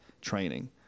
training